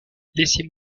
laissez